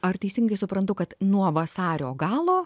ar teisingai suprantu kad nuo vasario galo